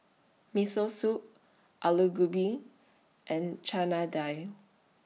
Miso Soup Alu Gobi and Chana Dal